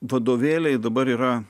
vadovėliai dabar yra